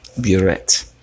burette